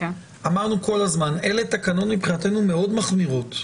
אמרנו כל הזמן שאלה תקנות מבחינתנו מאוד מחמירות.